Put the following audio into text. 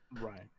Right